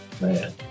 Man